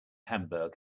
hamburg